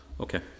Okay